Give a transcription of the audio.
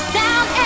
down